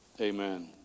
Amen